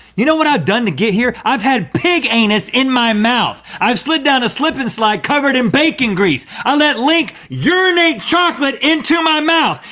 you know what i've done to get here? i've had pig-anus in my mouth! i've slid down a slip n' slide covered in bacon grease! i let link urinate chocolate into my mouth,